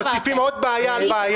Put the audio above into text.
מוסיפים עוד בעיה על בעיה?